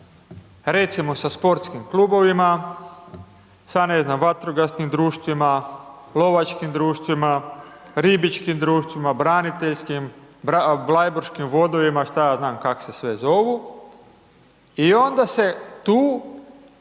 recimo sa sportskih klubovima, sa, ne znam, vatrogasnim društvima, lovačkih društvima, ribičkim društvima, braniteljskim, blajburškim vodovima, što ja znam kako se sve zovu i onda se tu